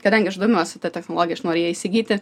kadangi aš domiuosi ta technologija aš noriu ją įsigyti